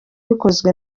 bikozwe